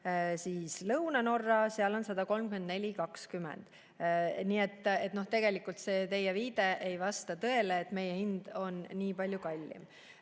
Lõuna-Norra, seal oli see 134,20. Nii et tegelikult teie viide ei vasta tõele, et meie hind on nii palju kallim.